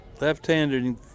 left-handed